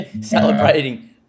Celebrating